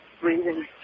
breathing